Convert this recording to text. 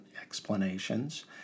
explanations